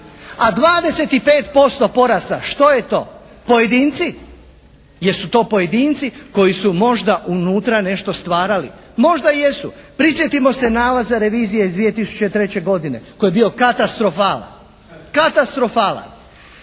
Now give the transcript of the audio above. a 25% porasta. Što je to? Pojedinci? Jesu to pojedinci koji su možda unutra nešto stvarali? Možda jesu. Prisjetimo se nalaza revizije iz 2003. godine koji je bio katastrofalan. Idemo dalje.